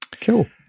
Cool